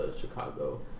Chicago